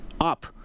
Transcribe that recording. up